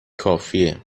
کافیه